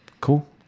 Cool